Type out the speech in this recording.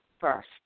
first